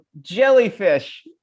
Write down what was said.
jellyfish